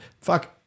Fuck